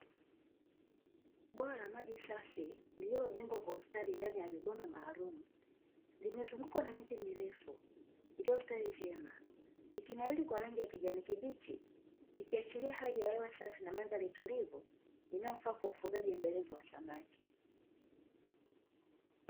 Bwawa la maji safi lililojengwa kwa mstari ndani ya mabomba maalumu limezungukwa na miti mirefu iliyo stawi vyema, ikinawiri kwa rangi ya kijani kijani kibichi ikiashirira hali ya hewa safi na madhari tulivu inayofaa kwa ajili ya ufugaji endelevu wa samaki.